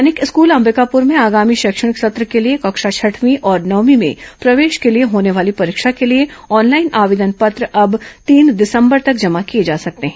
सैनिक स्कूल अंबिकापुर में आगामी शैक्षणिक सत्र के लिए कक्षा छठवीं और नवमीं में प्रवेश के लिए होने वाली परीक्षा के लिए ऑनलाइन आवेदन पत्र अब तीन दिसंबर तक जमा किए जा सकते हैं